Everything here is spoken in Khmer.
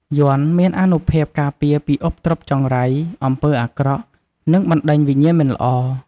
យ័ន្តមានអានុភាពការពារពីឧបទ្រពចង្រៃ អំពើអាក្រក់ និងបណ្តេញវិញ្ញាណមិនល្អ។